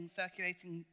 circulating